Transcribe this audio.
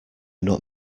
not